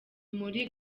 muri